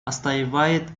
отстаивает